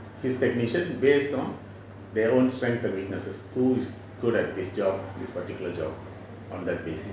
his technician based on their own strength and weakness who is good at this job this particular job on that basis